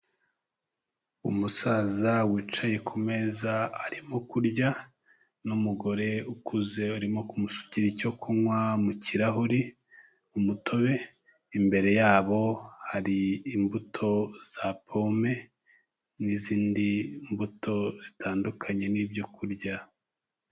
Umusaza wicaye ku meza arimo kurya n'umugore ukuze urimo kumusukira icyo kunywa mu kirahuri umutobe, imbere yabo hari imbuto za pome n'izindi mbuto zitandukanye n'ibyo kurya.